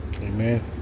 Amen